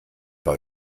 bei